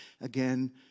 again